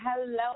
Hello